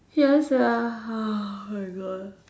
ya sia ah oh my God